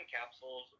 capsules